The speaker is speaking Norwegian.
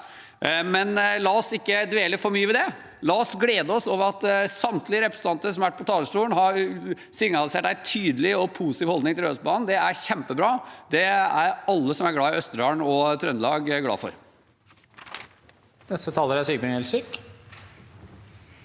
la oss ikke dvele for mye ved det. La oss glede oss over at samtlige representanter som har vært på talerstolen, har signalisert en tydelig og positiv holdning til Rørosbanen. Det er kjempebra. Det er alle som er glade i Østerdalen og Trøndelag, glade for.